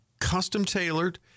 custom-tailored